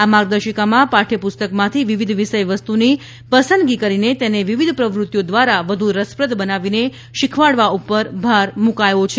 આ માર્ગદર્શિકામાં પાઠ્યપુસ્તકમાંથી વિવિધ વિષયવસ્તુની પસંદગી કરીને તેને વિવિધ પ્રવૃત્તિઓ દ્વારા વધુ રસપ્રદ બનાવીને શીખવાડવા ઉપર ભાર મૂકાથો છે